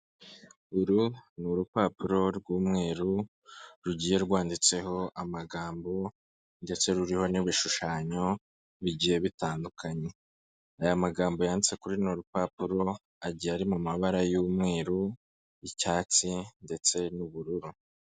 Uru ni urupapuro rw'umweru rugiye rwanditseho amagambo ndetse ruriho n'ibishushanyo bigiye bitandukanye, aya magambo yanditse kuri runo rupapuro igiye ari mu mabara y'umweru, icyatsi ndetse n'ubururu.